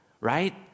right